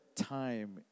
time